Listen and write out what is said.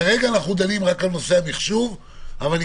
כרגע אנחנו דנים רק על נושא המחשוב אבל אני